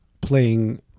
Playing